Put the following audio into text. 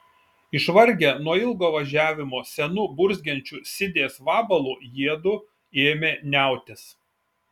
išvargę nuo ilgo važiavimo senu burzgiančiu sidės vabalu jiedu ėmė niautis